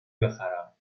بخرم